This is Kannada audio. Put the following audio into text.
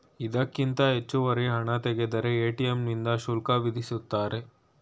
ಇದಕ್ಕಿಂತ ಹೆಚ್ಚುವರಿ ಹಣ ತೆಗೆದರೆ ಎ.ಟಿ.ಎಂ ನಿಂದ ಶುಲ್ಕ ವಿಧಿಸುತ್ತಾರೆ